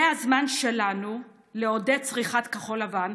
זה הזמן שלנו לעודד צריכת כחול-לבן,